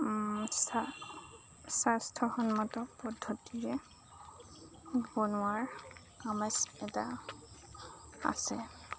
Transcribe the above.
স্বাস্থ্যসন্মত পদ্ধতিৰে